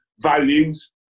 values